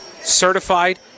certified